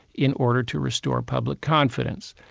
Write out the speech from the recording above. in order to restore public confidence.